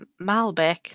Malbec